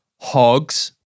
hogs